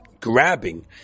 grabbing